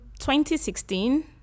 2016